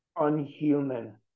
unhuman